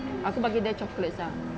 aku bagi dia chocolates ah